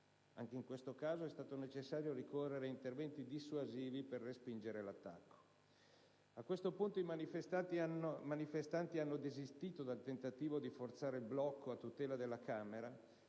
Anche in questo caso è stato necessario ricorrere ad interventi dissuasivi per respingere l'attacco. A questo punto i manifestanti hanno desistito dal tentativo di forzare il blocco a tutela della Camera,